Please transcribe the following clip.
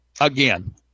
again